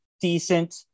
decent